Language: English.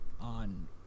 on